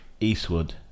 Eastwood